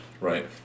right